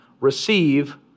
receive